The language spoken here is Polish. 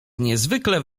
niezwykle